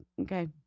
Okay